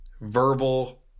verbal